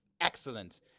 Excellent